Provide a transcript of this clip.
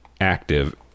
active